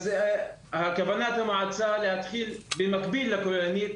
אז כוונת המועצה להתחיל במקביל לכוללנית